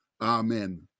Amen